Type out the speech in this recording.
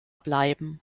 bleiben